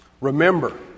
Remember